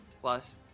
Plus